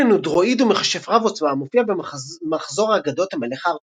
מרלין הוא דרואיד ומכשף רב עוצמה המופיע במחזור אגדות המלך ארתור.